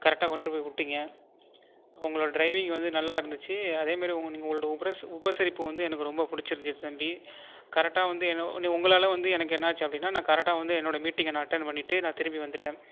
கரெட்டாக கொண்டு போய் விட்டீங்க உங்களோடய டிரைவிங் வந்து நல்லா இருந்திச்சு அதேமாதிரி உங்களோடய உபசரிப்பு வந்து எனக்கு ரொம்ப பிடிச்சிருச்சி தம்பி கரெட்டாக வந்து என்ன உங்களால் எனக்கு என்னாச்சு அப்படினா நான் கரெட்டாக வந்து என்னோடய மீட்டிங்கை நான் அட்டன் பண்ணிட்டு நான் திரும்பி வந்துட்டேன்